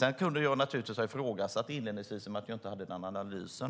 Jag kunde inledningsvis ha ifrågasatt att vi inte hade en analys.